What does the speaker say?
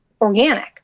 organic